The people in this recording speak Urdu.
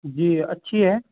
جی اچھی ہے